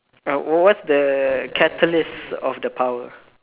uh what's the catalyst of the power